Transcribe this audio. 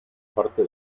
parte